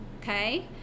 okay